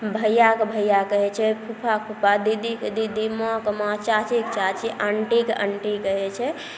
भैआके भैआ कहै छै फूफाके फूफा दीदीके दीदी माँके माँ चाचीके चाची आन्टीके अन्टी कहै छै